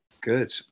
Good